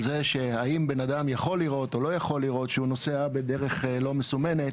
שאלו פה אם אדם יכול לראות או לא יכול לראות שהוא נוסע בדרך לא מסומנת.